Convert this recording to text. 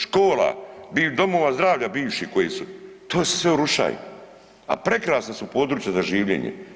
Škola, domova zdravlja bivših koji su, to se sve urušava, a prekrasna su područja za življenje.